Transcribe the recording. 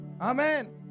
Amen